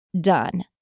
done